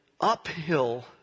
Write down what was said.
uphill